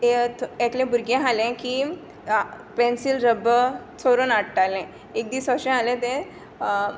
ए एकभुरगें आहलें की पेन्सील रब्बर चोरून हाडटालें एक दीस ओशें जालें तें